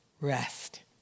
rest